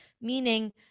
meaning